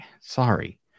Sorry